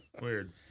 weird